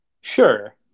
sure